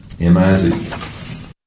M-I-Z